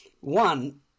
One